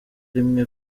rimwe